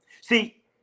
See